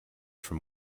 from